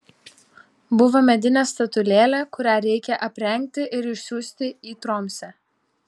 buvo medinė statulėlė kurią reikia aprengti ir išsiųsti į tromsę